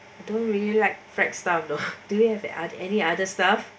don't really like fried style though do you have a at any other stuff